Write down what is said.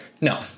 No